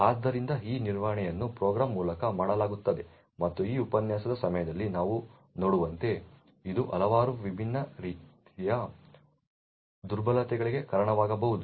ಆದ್ದರಿಂದ ಈ ನಿರ್ವಹಣೆಯನ್ನು ಪ್ರೋಗ್ರಾಂ ಮೂಲಕ ಮಾಡಲಾಗುತ್ತದೆ ಮತ್ತು ಈ ಉಪನ್ಯಾಸದ ಸಮಯದಲ್ಲಿ ನಾವು ನೋಡುವಂತೆ ಇದು ಹಲವಾರು ವಿಭಿನ್ನ ರೀತಿಯ ದುರ್ಬಲತೆಗಳಿಗೆ ಕಾರಣವಾಗಬಹುದು